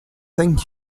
thank